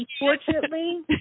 unfortunately